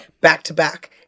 back-to-back